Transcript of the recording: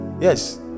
Yes